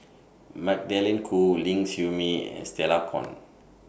Magdalene Khoo Ling Siew May and Stella Kon